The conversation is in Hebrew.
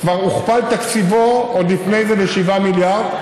כבר הוכפל תקציבו, עוד לפני זה, ל-7 מיליארד,